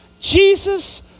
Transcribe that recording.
Jesus